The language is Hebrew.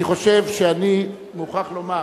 אני מוכרח לומר,